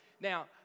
Now